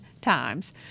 times